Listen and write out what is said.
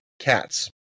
Cats